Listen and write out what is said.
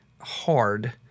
hard